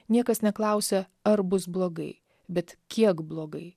niekas neklausia ar bus blogai bet kiek blogai